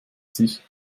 sich